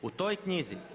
U toj knjizi